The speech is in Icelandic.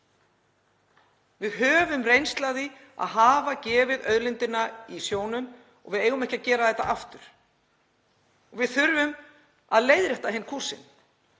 Við höfum reynslu af því að hafa gefið auðlindina í sjónum og við eigum ekki að gera þetta aftur. Við þurfum að leiðrétta kúrsinn